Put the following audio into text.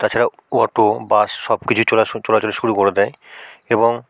তাছাড়াও auto bus সব কিছু চলা শুরু চলাচল শুরু করে দেয় এবং